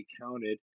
counted